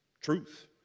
truth